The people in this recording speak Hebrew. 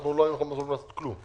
אנחנו לא היינו אמורים לעשות כלום.